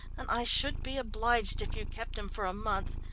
and i should be obliged if you kept him for a month.